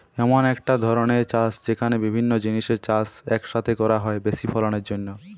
এমন একটা ধরণের চাষ যেখানে বিভিন্ন জিনিসের চাষ এক সাথে করা হয় বেশি ফলনের জন্যে